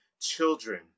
children